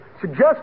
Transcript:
Suggest